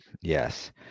Yes